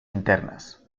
internas